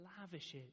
lavishes